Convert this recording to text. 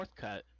Northcutt